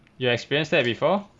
you experienced that before